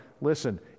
listen